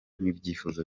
n’ibyifuzo